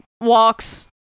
walks